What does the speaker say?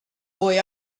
boy